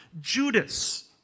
Judas